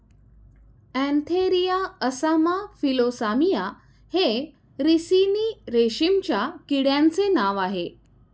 Antheraea assama Philosamia हे ricini रेशीमच्या किड्यांचे नाव आह